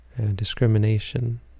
discrimination